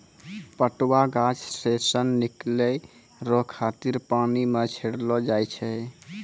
पटुआ गाछ से सन निकालै रो खातिर पानी मे छड़ैलो जाय छै